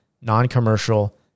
non-commercial